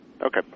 Okay